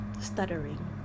stuttering